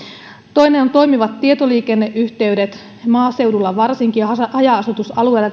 sitten on toimivat tietoliikenneyhteydet varsinkin maaseudulla ja haja asutusalueilla